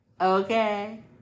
Okay